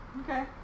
Okay